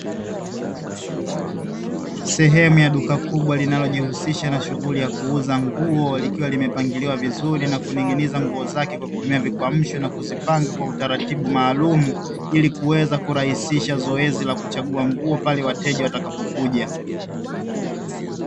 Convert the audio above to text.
Sehemu ya duka kubwa linajishighulisha na kuuza nguo likiwa limepangiliwa vizuri na kuning'iniza nguo zake kwa kutumia vikwamsho, na kuzipanga kwa utaratibu maalumu ili kuweza kurahisisha zoezi la kuchagua nguo pale wateja watakapokuja.